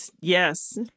Yes